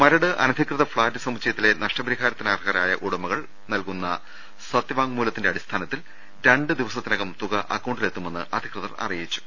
മരട് അന ധികൃത ഫ്ളാറ്റ് സമുച്ചയത്തിലെ നഷ്ടപരിഹാരത്തിന് അർഹരായ ഉടമകൾ നൽകുന്ന സത്യവാങ്മൂലത്തിന്റെ അടിസ്ഥാനത്തിൽ രണ്ടുദിവസത്തിനകം തുക അക്കൌണ്ടിലെത്തുമെന്ന് അധികൃതർ അറിയിച്ചു